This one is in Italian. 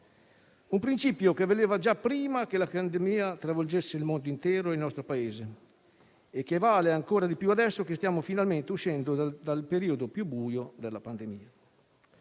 Un principio che valeva già prima che la pandemia travolgesse il mondo intero e il nostro Paese e che vale ancora di più adesso, che stiamo finalmente uscendo dal periodo più buio della pandemia.